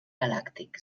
galàctic